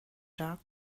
dark